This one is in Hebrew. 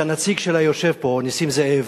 שהנציג שלה יושב פה, נסים זאב,